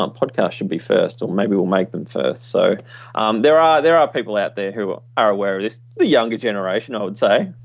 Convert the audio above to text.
um podcast should be first or maybe we'll make them first. so um there are there are people out there who are aware of this. the younger generation, i would say.